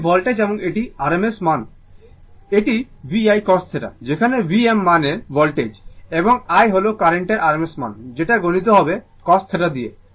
এই ভোল্টেজ এবং এটি rms কারেন্ট মানে এটি VI cos θ যেখানে V rms মান এর ভোল্টেজ এবং I হল কার্রেন্টের rms মান যেটা গুণিত হবে cos θ দিয়ে